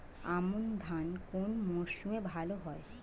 আমন ধান কোন মরশুমে ভাল হয়?